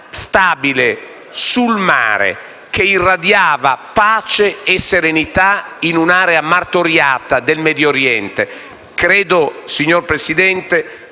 edificio sul mare, che irradia pace e serenità in un'area martoriata del Medio Oriente. Signor Presidente,